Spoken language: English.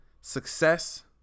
success